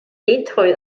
detroit